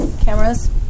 cameras